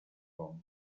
roma